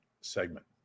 segment